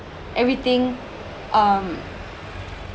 everything um